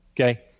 Okay